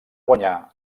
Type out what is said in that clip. guanyar